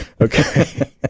Okay